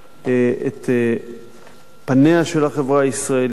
את פניה של החברה הישראלית.